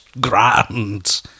Grand